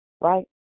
right